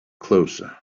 closer